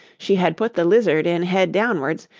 she had put the lizard in head downwards,